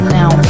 now